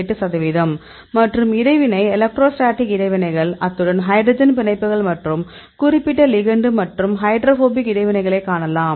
8 சதவிகிதம் மற்றும் இடைவினை எலக்ட்ரோஸ்டாடிக் இடைவினைகள் அத்துடன் ஹைட்ரஜன் பிணைப்புகள் மற்றும் குறிப்பிட்ட லிகெண்டு மற்ற ஹைட்ரோபோபிக் இடைவினைகளைக் காணலாம்